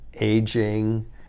aging